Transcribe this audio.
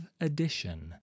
addition